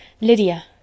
Lydia